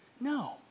No